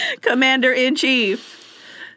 Commander-in-Chief